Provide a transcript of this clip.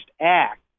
act